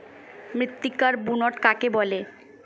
মৃত্তিকার বুনট কাকে বলে?